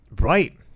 Right